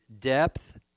depth